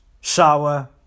shower